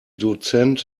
dozent